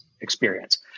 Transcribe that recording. experience